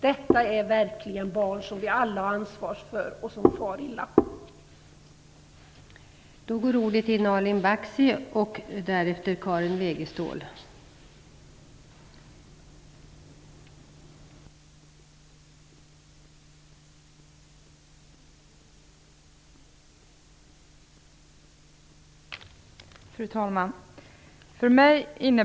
Detta är verkligen barn som far illa och som vi alla har ansvar för.